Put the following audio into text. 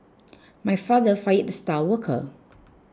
my father fired the star worker